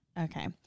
okay